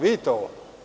Vidite li ovo?